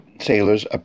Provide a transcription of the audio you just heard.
sailors